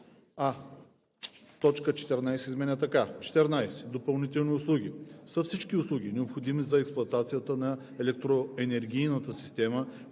а) точка 14 се изменя така: „14. „Допълнителни услуги“ са всички услуги, необходими за експлоатацията на електроенергийната система,